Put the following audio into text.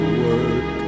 work